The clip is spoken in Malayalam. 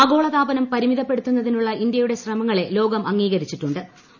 ആഗോളതാപനം പരിമിതപ്പെടുത്തുന്നതിനുള്ള ഇന്ത്യയുടെ ശ്രമങ്ങളെ ലോകം അംഗീകരിച്ചിട്ടു്